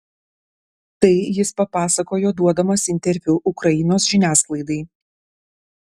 tai jis papasakojo duodamas interviu ukrainos žiniasklaidai